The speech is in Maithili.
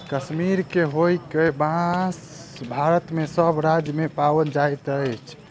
कश्मीर के छोइड़ क, बांस भारत के सभ राज्य मे पाओल जाइत अछि